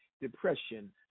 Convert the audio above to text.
depression